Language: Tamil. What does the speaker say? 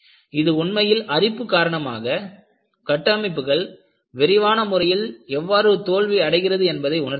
இது உண்மையில் அரிப்பு காரணமாக கட்டமைப்புகள் விரைவான முறையில் எவ்வாறு தோல்வி அடைகிறது என்பதை உணர்த்தியது